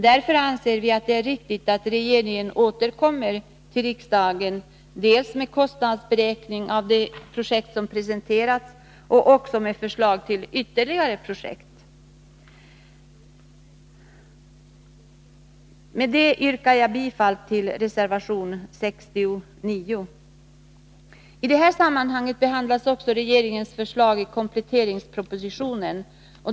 Därför anser vi att det är riktigt att regeringen återkommer till riksdagen med en kostnadsberäkning för de projekt som är presenterade och också med förslag till ytterligare projekt. Med detta yrkar jag bifall till reservation 69. I detta sammanhang behandlas regeringens förslag i kompletteringspropositionen.